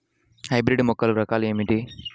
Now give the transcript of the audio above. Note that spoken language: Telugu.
హైబ్రిడ్ మొక్కల రకాలు ఏమిటీ?